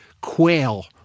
quail